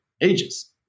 ages